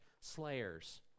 slayers